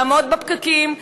לעמוד בפקקים,